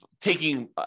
taking